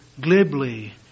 glibly